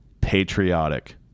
patriotic